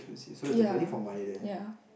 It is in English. ya ya